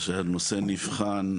וכשהנושא נבחן,